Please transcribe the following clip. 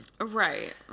Right